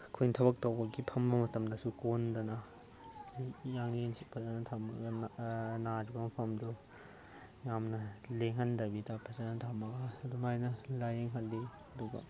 ꯑꯩꯈꯣꯏꯅ ꯊꯕꯛ ꯇꯧꯕꯒꯤ ꯐꯝꯕ ꯃꯇꯝꯗꯁꯨ ꯀꯣꯟꯗꯅ ꯌꯥꯡꯂꯦꯟꯁꯤ ꯐꯖꯅ ꯊꯝꯃꯒ ꯅꯥꯔꯤꯕ ꯃꯐꯝꯗꯨ ꯌꯥꯝꯅ ꯂꯦꯡꯍꯟꯗꯕꯤꯗ ꯐꯖꯅ ꯊꯝꯃꯒ ꯑꯗꯨꯃꯥꯏꯅ ꯂꯥꯌꯦꯡꯍꯜꯂꯤ ꯑꯗꯨꯒ